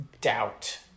doubt